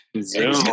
Zoom